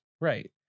right